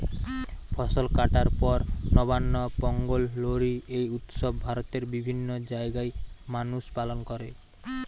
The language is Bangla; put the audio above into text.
ফসল কাটার পর নবান্ন, পোঙ্গল, লোরী এই উৎসব ভারতের বিভিন্ন জাগায় মানুষ পালন কোরে